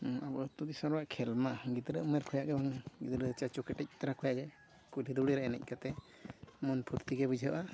ᱟᱵᱚ ᱟᱛᱳ ᱫᱤᱥᱚᱢ ᱨᱮᱭᱟᱜ ᱠᱷᱮᱞ ᱢᱟ ᱜᱤᱫᱽᱨᱟᱹ ᱩᱢᱮᱹᱨ ᱠᱷᱚᱭᱟᱜ ᱜᱮᱵᱚᱱ ᱜᱤᱫᱽᱨᱟᱹ ᱪᱟᱪᱳ ᱠᱮᱴᱮᱡ ᱛᱟᱨᱟ ᱠᱷᱚᱭᱟᱜ ᱜᱮ ᱠᱩᱞᱦᱤ ᱫᱷᱩᱲᱤ ᱨᱮ ᱮᱱᱮᱡ ᱠᱟᱛᱮᱫ ᱢᱚᱱ ᱯᱷᱩᱨᱛᱤ ᱜᱮ ᱵᱩᱡᱷᱟᱹᱜᱼᱟ